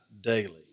daily